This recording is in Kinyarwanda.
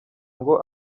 ngo